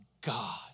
God